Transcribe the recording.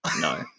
no